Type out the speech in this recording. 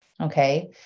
Okay